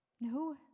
No